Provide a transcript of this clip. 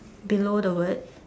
below the word